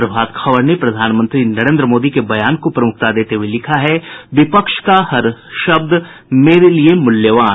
प्रभात खबर ने प्रधानमंत्री नरेन्द्र मोदी के बयान को प्रमुखता देते हुए लिखा है विपक्ष का हर शब्द मेरे लिए मूल्यावन